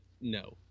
no